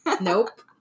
Nope